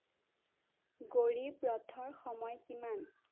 গৰীব ৰথৰ সময় কিমান